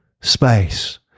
space